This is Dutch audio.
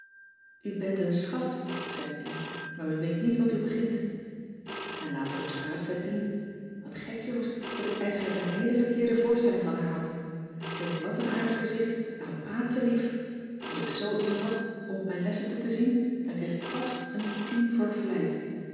u bent een schat zei pien maar u weet niet wat u begint en later op straat zei pien wat gek joost dat ik eigenlijk een heele verkeerde voorstelling van haar had ze heeft wat een aardig gezicht en wat praat ze lief als ik zoo iemand had om op mijn lessen toe te zien dan kreeg ik vast een tien voor